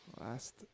Last